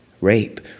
rape